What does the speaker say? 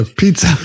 pizza